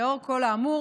לאור כל האמור,